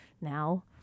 now